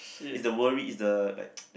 is the worry is the like